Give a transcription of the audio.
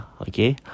Okay